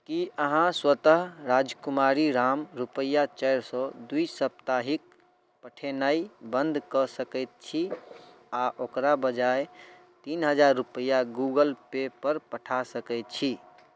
की अहाँ स्वतः राजकुमारी राम रुपैआ चारि सए द्वि सप्ताहिक पठेनाइ बन्द कऽ सकैत छी आ ओकरा बजाय तीन हजार रुपैआ गूगल पे पर पठा सकैत छी